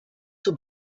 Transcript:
zur